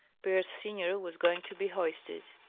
pierce senior was going to be hoisted.